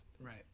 right